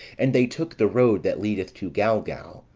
and they took the road that leadeth to galgal,